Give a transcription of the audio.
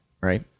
Right